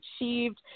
achieved